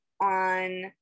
on